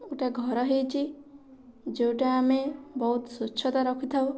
ଗୋଟେ ଘର ହୋଇଛି ଯେଉଁଟା ଆମେ ବହୁତ ସ୍ୱଚ୍ଛତା ରଖିଥାଉ